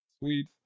Sweet